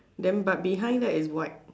then but behind that is white